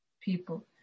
people